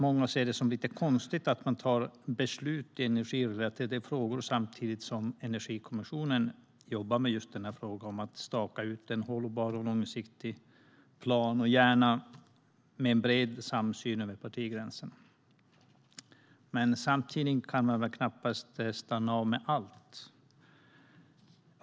Många ser det som lite konstigt att man tar beslut i energirelaterade frågor samtidigt som Energikommissionen jobbar med att staka ut en hållbar och långsiktig plan, gärna med en bred samsyn över partigränserna. Men samtidigt kan väl knappast allt stanna av.